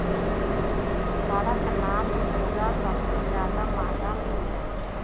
कड़कनाथ मुरगा सबसे जादा महंगा मिलला